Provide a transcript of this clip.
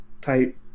type